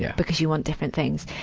yeah because you want different things.